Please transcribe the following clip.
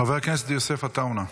חבר הכנסת יוסף עטאונה.